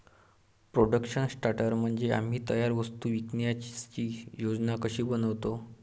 production sorter म्हणजे आम्ही तयार वस्तू विकण्याची योजना कशी बनवतो